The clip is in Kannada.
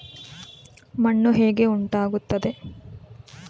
ಮಣ್ಣು ಹೇಗೆ ಉಂಟಾಗುತ್ತದೆ?